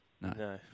No